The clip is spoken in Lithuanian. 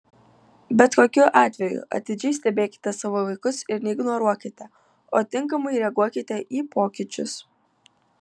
bet kokiu atveju atidžiai stebėkite savo vaikus ir neignoruokite o tinkamai reaguokite į pokyčius